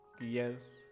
Yes